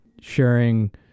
sharing